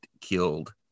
killed